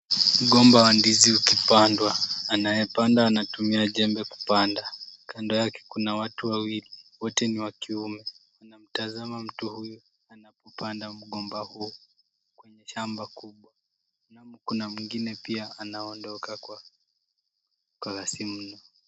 Mgomba wa ndizi ukipandwa. Anayepanda anatumia jembe kupanda. Kando yake kuna watu wawili. Wote ni wa kiume. Wanamtazama mtu huyu anapopanda mgomba huu kwenye shamba kubwa. Alafu kuna mtu mwingine anaondoka kwa kasi mno.